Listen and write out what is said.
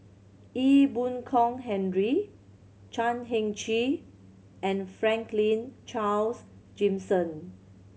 Ee Boon Kong Henry Chan Heng Chee and Franklin Charles Gimson